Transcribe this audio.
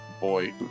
boy